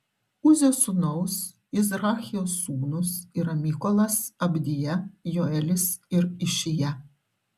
uzio sūnaus izrachijos sūnūs yra mykolas abdija joelis ir išija